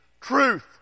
truth